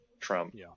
trump